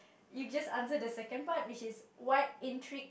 you just answer the second part which is what intrigues